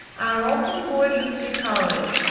are often gorgeously coloured.